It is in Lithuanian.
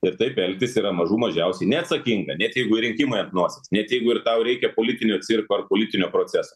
ir taip elgtis yra mažų mažiausiai neatsakinga net jeigu ir rinkimai ant nosies net jeigu ir tau reikia politinio cirko ar politinio proceso